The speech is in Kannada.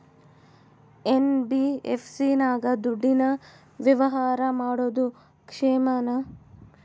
ಎನ್.ಬಿ.ಎಫ್.ಸಿ ನಾಗ ದುಡ್ಡಿನ ವ್ಯವಹಾರ ಮಾಡೋದು ಕ್ಷೇಮಾನ?